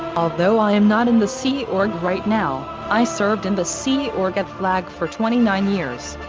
although i am not in the sea org right now, i served in the sea org at flag for twenty nine years.